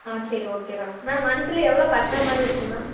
ஆ சரி okay ma'am monthly எவ்வளோ கட்டுற மாதிரி இருக்கும் மேம்